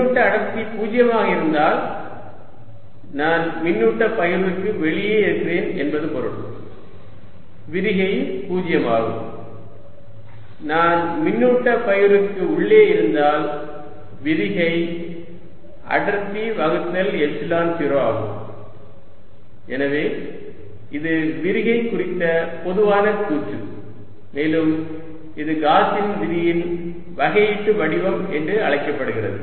மின்னூட்ட அடர்த்தி பூஜ்ஜியமாக இருந்தால் நான் மின்னூட்ட பகிர்வுக்கு வெளியே இருக்கிறேன் என்பது பொருள் விரிகை பூஜ்ஜியமாகும் நான் மின்னூட்ட பகிர்வுக்கு உள்ளே இருந்தால் விரிகை அடர்த்தி வகுத்தல் எப்சிலன் 0 ஆகும் எனவே இது விரிகை குறித்த பொதுவான கூற்று மேலும் இது காஸின் விதியின் வகையீட்டு வடிவம் என்று அழைக்கப்படுகிறது